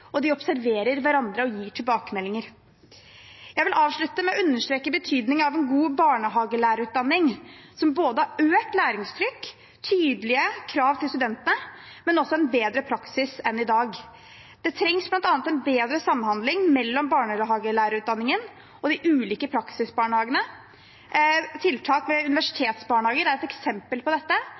og at de observerer hverandre og gir tilbakemeldinger. Jeg vil avslutte med å understreke betydningen av en god barnehagelærerutdanning som har økt læringstrykk, tydelige krav til studentene, men også en bedre praksis enn i dag. Det trengs bl.a. en bedre samhandling mellom barnehagelærerutdanningen og de ulike praksisbarnehagene. Tiltak ved universitetsbarnehager er et eksempel på dette.